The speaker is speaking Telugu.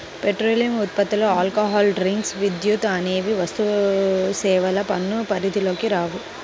పెట్రోలియం ఉత్పత్తులు, ఆల్కహాల్ డ్రింక్స్, విద్యుత్ అనేవి వస్తుసేవల పన్ను పరిధిలోకి రావు